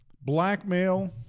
blackmail